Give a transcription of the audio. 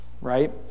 right